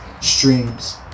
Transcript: streams